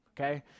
okay